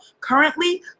currently